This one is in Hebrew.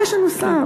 אה, יש לנו שר.